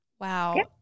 Wow